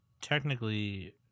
technically